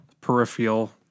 peripheral